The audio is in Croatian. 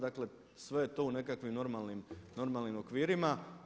Dakle, sve je to u nekakvim normalnim okvirima.